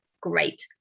Great